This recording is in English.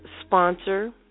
sponsor